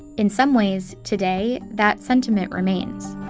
in some ways, today, that sentiment remains.